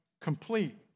complete